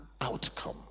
outcome